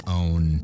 own